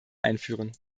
einführen